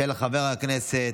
של חבר הכנסת